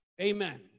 Amen